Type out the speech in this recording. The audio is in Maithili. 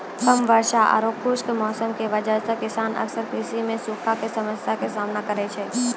कम वर्षा आरो खुश्क मौसम के वजह स किसान अक्सर कृषि मॅ सूखा के समस्या के सामना करै छै